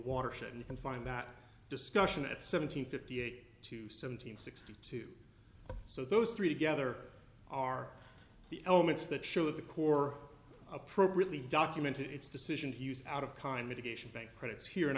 watershed and you can find that discussion at seven hundred fifty eight to seven hundred sixty two so those three together are the elements that show that the core appropriately documented its decision to use out of kind mitigation bank credits here and